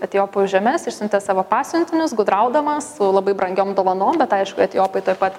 etiopų žemes išsiuntė savo pasiuntinius gudraudamas su labai brangiom dovanom bet aišku etiopai tuoj pat